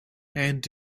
and